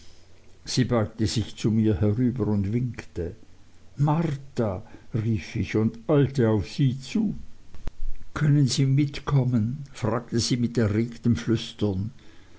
sie beugte sich zu mir herüber und winkte marta rief ich und eilte auf sie zu können sie mitkommen fragte sie mit erregtem flüstern